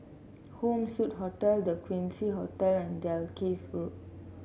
Home Suite Hotel The Quincy Hotel and Dalkeith Road